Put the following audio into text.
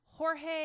Jorge